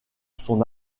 son